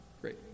great